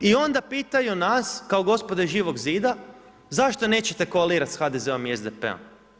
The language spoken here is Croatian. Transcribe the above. I onda pitaju nas kao gospode iz Živog zida, zašto nećete koalirati s HDZ-om i SDP-om?